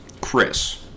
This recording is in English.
Chris